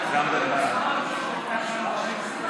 אני כנראה צריך להמשיך לשכנע, בינתיים